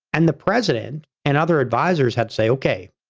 and the president and other advisors had say, okay,